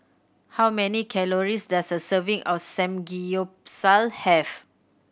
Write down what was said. how many calories does a serving of Samgeyopsal have